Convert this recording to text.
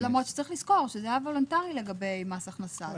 למרות שצריך לזכור שזה היה וולונטרי לגבי מס הכנסה,